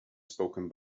spoken